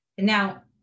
now